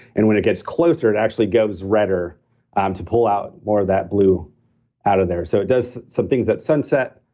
and when it gets closer, it actually redder um to pull out more of that blue out of there. so, it does some things that sunset.